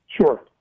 Sure